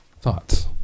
Thoughts